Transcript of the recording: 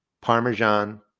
parmesan